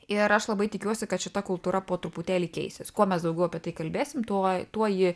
ir aš labai tikiuosi kad šita kultūra po truputėlį keisis kuo mes daugiau apie tai kalbėsim tuo tuo ji